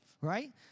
Right